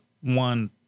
one